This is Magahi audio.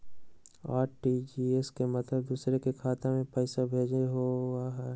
आर.टी.जी.एस के मतलब दूसरे के खाता में पईसा भेजे होअ हई?